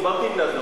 דיברתי עם נאזם,